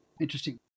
Interesting